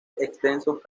extensos